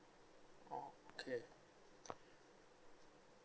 oh okay